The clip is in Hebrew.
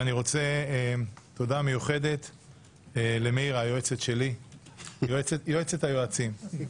תודה מיוחדת למאירה, היועצת שלי, יועצת היועצים.